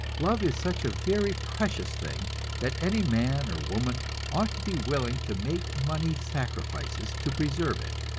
love is such a very precious thing that any man or woman ought to be willing to make money sacrifices to preserve it.